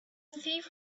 thief